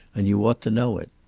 and you ought to know it.